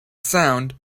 sound